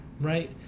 Right